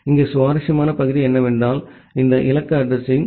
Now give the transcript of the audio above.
இங்கே சுவாரஸ்யமான பகுதி என்னவென்றால் இந்த இலக்கு அட்ரஸிங்